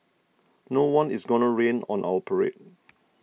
no one is gonna rain on our parade